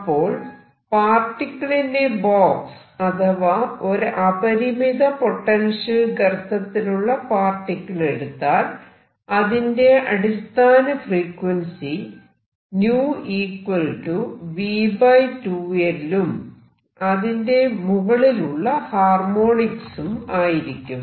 അപ്പോൾ particle in a box അഥവാ ഒരു അപരിമിത പൊട്ടൻഷ്യൽ ഗർത്തത്തിലുള്ള പാർട്ടിക്കിൾ എടുത്താൽ അതിന്റെ അടിസ്ഥാന ഫ്രീക്വൻസി 𝞶 v 2L ഉം അതിന്റെ മുകളിലുള്ള ഹാർമോണിക്സും ആയിരിക്കും